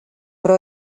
però